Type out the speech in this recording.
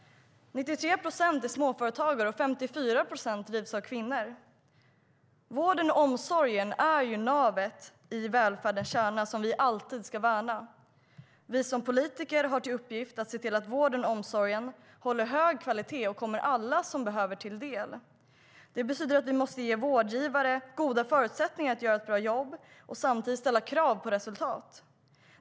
93 procent är småföretag, och 54 procent drivs av kvinnor. Vården och omsorgen är navet i välfärdens kärna, som vi alltid ska värna. Vi politiker har till uppgift att se till att vården och omsorgen håller hög kvalitet och kommer alla som behöver till del. Det betyder att vi måste ge vårdgivare goda förutsättningar att göra ett bra jobb och samtidigt ställa krav på resultat.